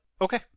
okay